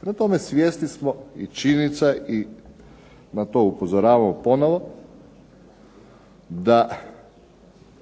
Prema tome, svjesni smo i činjenica je i na to upozoravamo ponovo da